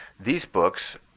these books,